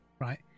right